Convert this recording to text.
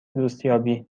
دوستیابی